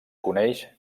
coneix